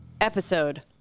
episode